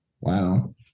Wow